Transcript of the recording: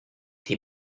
thì